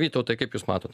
vytautai kaip jūs matote